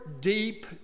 deep